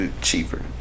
cheaper